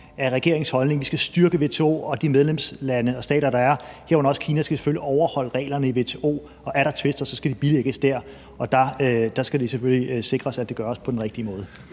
er regeringens holdning, at vi skal styrke WTO, og medlemslande og stater, herunder også Kina, skal selvfølgelig overholde reglerne i WTO. Er der tvister, skal de bilægges dér, og der skal det selvfølgelig sikres, at det gøres på den rigtige måde.